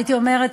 ואני אומרת